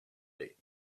date